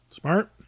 Smart